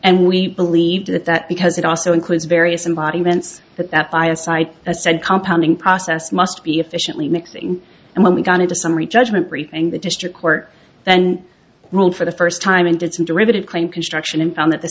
and we believe that that because it also includes various embodiments that that biocide has said compounding process must be efficiently mixing and when we got into summary judgment briefing the district court then ruled for the first time and did some derivative claim construction and found that th